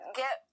get